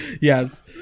Yes